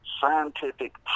scientific